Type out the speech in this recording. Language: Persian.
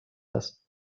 است